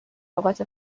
اوقات